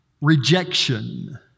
rejection